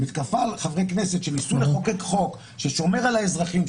המתקפה על חברי כנסת שניסו לחוקק חוק ששומר על האזרחים,